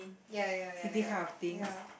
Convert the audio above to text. ya ya ya ya ya